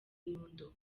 nyundo